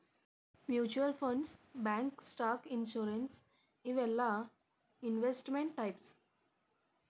mutual funds bonds stock insurance ಇವೆಲ್ಲಾ investment types